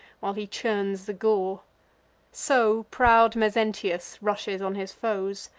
while he churns the gore so proud mezentius rushes on his foes,